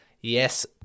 yes